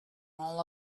all